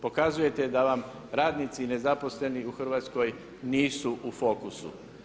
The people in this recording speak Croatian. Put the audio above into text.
Pokazujete da vam radnici i nezaposleni u Hrvatskoj nisu u fokusu.